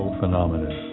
phenomenon